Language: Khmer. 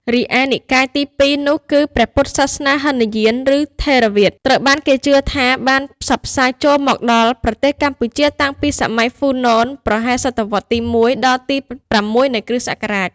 រីឯនិកាយទី២នោះគឺ ព្រះពុទ្ធសាសនាហីនយាន ឬ ថេរវាទ ត្រូវបានគេជឿថាបានផ្សព្វផ្សាយចូលមកដល់ប្រទេសកម្ពុជាតាំងពីសម័យហ្វូណន ប្រហែលសតវត្សរ៍ទី ១ ដល់ទី ៦ នៃគ.ស.។